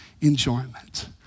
enjoyment